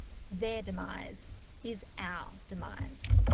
their demise is our demise.